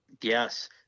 Yes